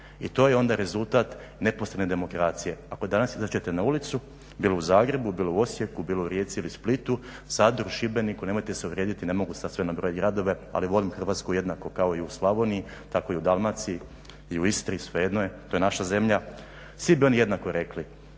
i to je onda rezultat neposredne demokracije. Ako danas izađete na ulicu, bilo u Zagrebu, bilo u Osijeku, bilo u Rijeci ili Splitu, Zadru, Šibeniku, nemojte se uvrijediti ne mogu sad sve nabrojiti gradove ali volim Hrvatsku jednako kao i u Slavoniji, tako i u Dalmaciji i u Istri, svejedno je. To je naša zemlja. Svi bi oni jednako rekli,